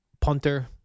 punter